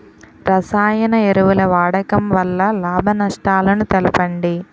రసాయన ఎరువుల వాడకం వల్ల లాభ నష్టాలను తెలపండి?